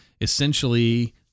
essentially